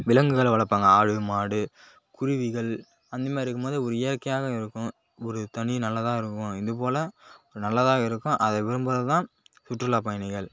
விலங்குகளை வளர்ப்பாங்க ஆடு மாடு குருவிகள் அந்தமாதிரி இருக்கும் போது ஒரு இயற்கையாகவும் இருக்கும் ஒரு தனி நல்லதாக இருக்கும் இது போல ஒரு நல்லதாகவும் இருக்கும் அத விரும்புகிறதுதான் சுற்றுலாப் பயணிகள்